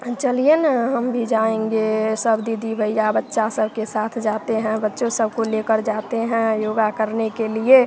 हां चलिए न हम भी जाएँगे सब दीदी भईया बच्चा सबके साथ जाते हैं बच्चों सबको लेकर जाते हैं योगा करने के लिए